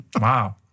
Wow